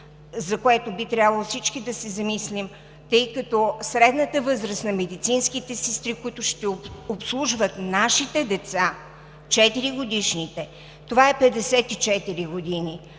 за което би трябвало всички да се замислим, тъй като средната възраст на медицинските сестри, които ще обслужват нашите деца – 4-годишните, е 54 години,